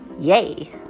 Yay